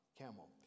camel